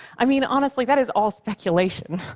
i mean, honestly, that is all speculation,